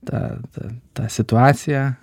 tą tą tą situaciją